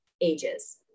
ages